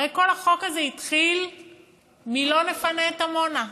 הרי כל החוק הזה התחיל מ"לא נפנה את עמונה".